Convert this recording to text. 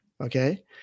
Okay